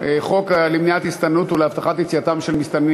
למניעת הסתננות ולהבטחת יציאתם של מסתננים